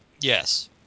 Yes